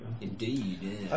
indeed